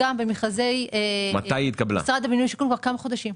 לפני ארבעה חודשים,